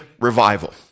revival